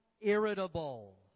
irritable